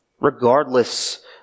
Regardless